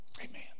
Amen